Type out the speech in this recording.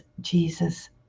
Jesus